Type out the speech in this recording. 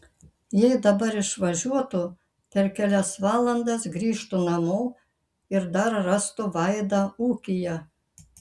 jei dabar išvažiuotų per kelias valandas grįžtų namo ir dar rastų vaidą ūkyje